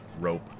rope